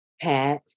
Pat